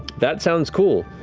that sounds cool.